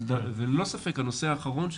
ללא ספק הנושא האחרון,